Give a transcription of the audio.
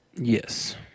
Yes